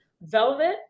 velvet